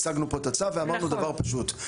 הצגנו פה את הצו ואמרנו דבר פשוט,